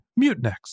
Mutinex